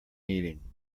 meeting